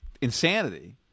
insanity